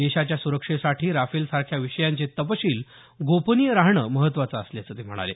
देशाच्या सुरक्षेसाठी राफेलसारख्या विषयांचे तपशील गोपनीय राहणं महत्त्वाचं असल्याचं ते म्हणाले